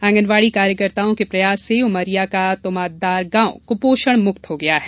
आंगनवाड़ी कार्यकर्ताओं के प्रयास से उमरिया का तुमाद्दार गांव कुपोषण मुक्त हो गया है